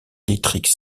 électrique